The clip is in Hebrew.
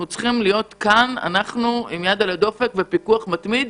אנחנו צריכים להיות כאן עם יד על הדופק ופיקוח מתמיד.